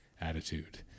attitude